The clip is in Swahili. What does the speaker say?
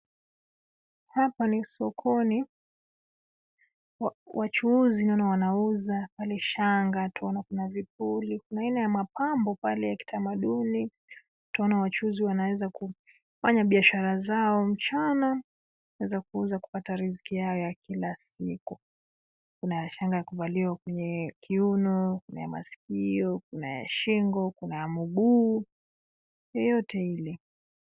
Hapa ni sokoni. Wachuuzi naona wanauza pale shanga. Tunaona kuna vipuli, kuna aina ya mapambo pale ya kitamaduni. Tunaona wachuuzi wanaweza kufanya biashara zao mchana, wanaweza kuuza kupata riziki yao ya kila siku. Kuna shanga ya kuvaliwa kwenye kiuno, kuna ya masikio, kuna ya shingo, kuna ya mguu, yoyote ile.